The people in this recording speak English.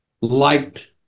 liked